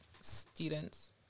students